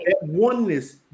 Oneness